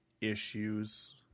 issues